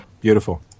Beautiful